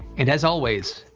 and as always,